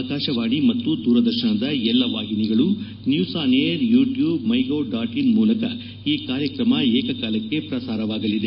ಆಕಾಶವಾಣಿ ಮತ್ತು ದೂರದರ್ತನದ ಎಲ್ಲ ವಾಹಿನಿಗಳು news on AIR YouTube MyGov dot in ಮೂಲಕ ಈ ಕಾರ್ಯಕ್ರಮ ಏಕಕಾಲಕ್ಕೆ ಪ್ರಸಾರವಾಗಲಿದೆ